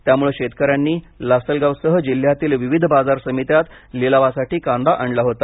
त्यामुळे शेतकऱ्यांनी लासलगाव सह जिल्ह्यातील विविध बाजार समित्यांत लीलावासाठी कांदा आणला होता